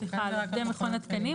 סליחה, על עובדי מכון התקנים.